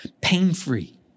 pain-free